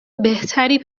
بهتری